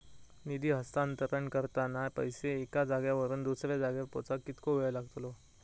निधी हस्तांतरण करताना पैसे एक्या जाग्यावरून दुसऱ्या जाग्यार पोचाक कितको वेळ लागतलो?